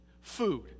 food